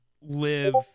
live